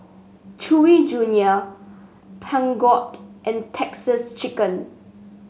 Chewy Junior Peugeot and Texas Chicken